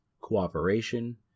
cooperation